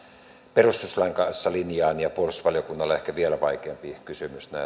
perustuslain kanssa linjaan ja puolustusvaliokunnalla ehkä vielä vaikeampi kysymys